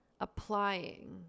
Applying